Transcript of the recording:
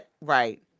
Right